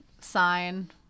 sign